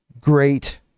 great